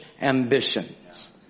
ambitions